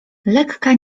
lekka